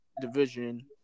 division